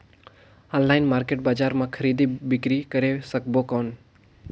Online market बजार मां खरीदी बीकरी करे सकबो कौन?